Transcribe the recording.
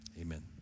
Amen